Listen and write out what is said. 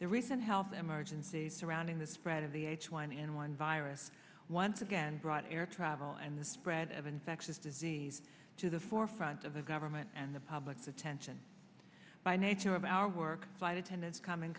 the recent health emergencies surrounding the spread of the h one n one virus once again brought air travel and the spread of infectious disease to the forefront of the government and the public's attention by nature of our work flight attendants come in